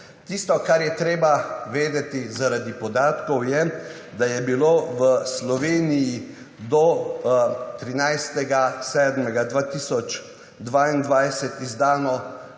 Tisto, kar je treba vedeti zaradi podatkov je, da je bilo v Sloveniji do 13. 7. 2022 so